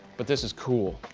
but this is cool.